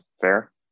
fair